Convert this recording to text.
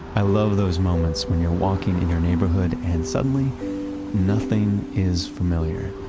i love those moments when you're walking in your neighborhood and suddenly nothing is familiar.